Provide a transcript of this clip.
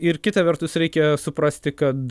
ir kita vertus reikia suprasti kad